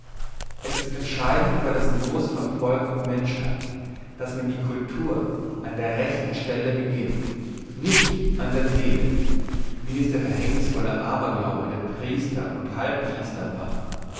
es ist entscheidend über das loos von volk und menschheit dass man die cultur an der rechten stelle beginnt nicht an der seele wie es der verhängnissvolle aberglaube der priester und halb priester war